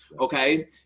okay